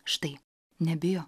štai nebijo